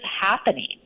happening